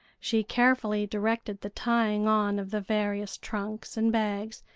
she carefully directed the tying on of the various trunks and bags,